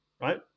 right